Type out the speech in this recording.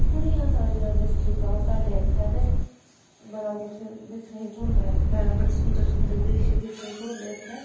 बड़ियां सारियां डिस्ट्रिक्टां साढ़े इ'त्थें ते बड़ा किश दिक्खने ई थ्होंदा ऐ इ'त्थें बड़ी सुंदर सुंदर द्रिश्श दिक्खने ई थ्होंदे इ'त्थें